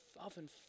often